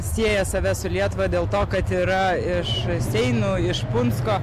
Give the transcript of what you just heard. sieja save su lietuva dėl to kad yra iš seinų iš punsko